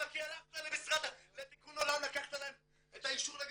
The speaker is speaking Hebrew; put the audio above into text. כי הלכת לתיקון עולם לקחת להם את האישור לגדל,